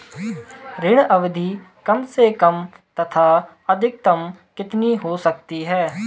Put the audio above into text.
ऋण अवधि कम से कम तथा अधिकतम कितनी हो सकती है?